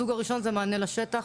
הסוג הראשון זה מענה לשטח,